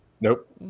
nope